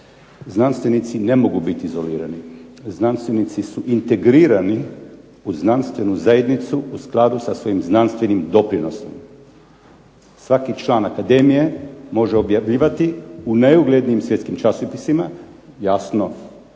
Znanstvenici ne mogu biti izolirani, znanstvenici su integrirani u znanstvenu zajednicu u skladu sa svojim znanstvenim doprinosom. Svaki član akademije može objavljivati u najuglednijim svjetskim časopisima, jasno